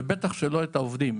ובטח שלא את העובדים.